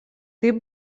tai